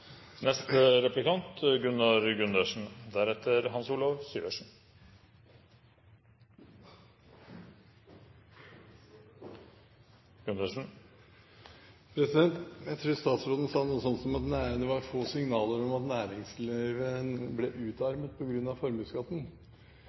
Jeg tror statsråden sa noe sånt som at det var få signaler om at næringslivet ble